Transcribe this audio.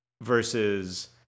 Versus